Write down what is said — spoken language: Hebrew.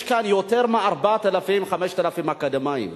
יש כאן יותר מ-4,000 5,000 אקדמאים.